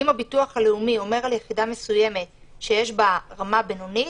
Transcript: אם הביטוח הלאומי אומר על יחידה מסוימת שיש בה רמה בינונית,